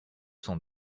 cent